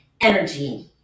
energy